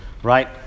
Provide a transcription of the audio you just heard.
right